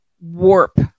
warp